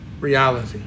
reality